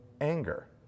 anger